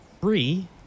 Three